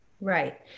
Right